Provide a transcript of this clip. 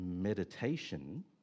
meditation